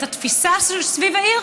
את התפיסה סביב העיר,